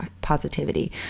positivity